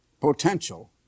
potential